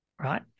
right